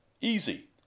Easy